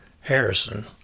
Harrison